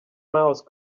mouse